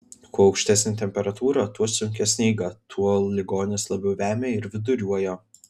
kuo aukštesnė temperatūra kuo sunkesnė eiga tuo ligonis labiau vemia ir viduriuoja